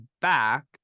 back